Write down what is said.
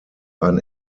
ein